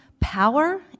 power